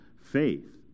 faith